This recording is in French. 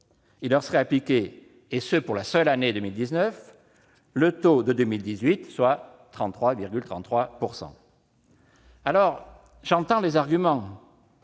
Il leur serait appliqué, pour la seule année 2019, le taux de 2018, soit 33,33 %. J'entends l'argument